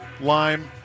lime